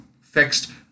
fixed